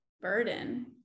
burden